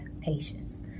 patience